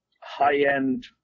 high-end